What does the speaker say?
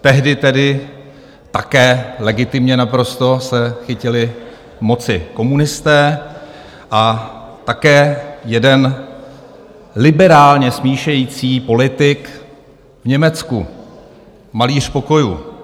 Tehdy také legitimně naprosto se chytili moci komunisté a také jeden liberálně smýšlející politik v Německu malíř pokojů.